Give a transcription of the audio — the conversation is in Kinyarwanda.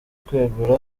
kwegura